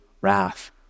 wrath